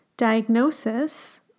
diagnosis